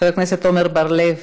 חבר הכנסת עמר בר-לב,